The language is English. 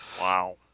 Wow